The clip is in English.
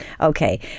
Okay